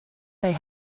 they